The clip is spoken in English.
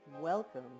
Welcome